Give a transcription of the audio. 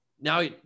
now